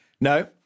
No